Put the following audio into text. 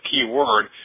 keyword